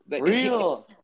real